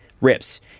rips